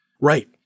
Right